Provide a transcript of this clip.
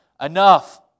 enough